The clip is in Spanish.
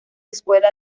escuela